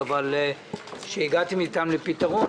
שהגעתם אתם לפתרון,